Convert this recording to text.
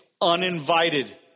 uninvited